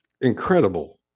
incredible